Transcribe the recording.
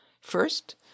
First